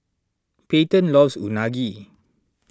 Payten loves Unagi